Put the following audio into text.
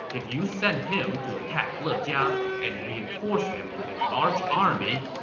if you send him to attack lejia and reinforce him with a large army,